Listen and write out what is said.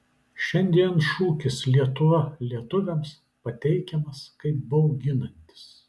šiandien šūkis lietuva lietuviams pateikiamas kaip bauginantis